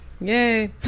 Yay